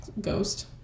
ghost